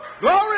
Glory